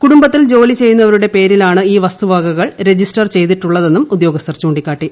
കുടുംബത്തിൽ ജോലി ചെയ്യുന്നവരുടെ പേരിലാണ് ഈ വസ്തുവകകൾ രജിസ്റ്റർ ചെയ്തിട്ടുള്ളതെന്നും ഉദ്യോഗസ്ഥർ ചൂണ്ടിക്കാട്ടി